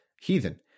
heathen